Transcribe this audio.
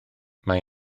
mae